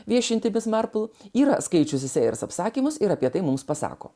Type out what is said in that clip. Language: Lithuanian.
viešinti mis marpl yra skaičiusi sejers apsakymus ir apie tai mums pasako